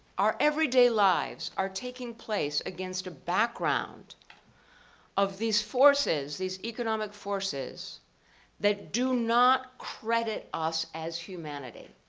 our everyday lives are taking place against a background of these forces, these economic forces that do not credit us as humanity.